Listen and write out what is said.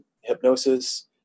hypnosis